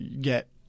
get